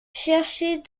cherchez